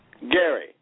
Gary